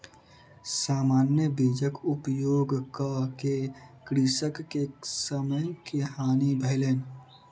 सामान्य बीजक उपयोग कअ के कृषक के समय के हानि भेलैन